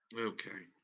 okay,